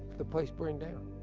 the place burned down.